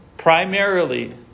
Primarily